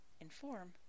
Inform